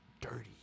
dirty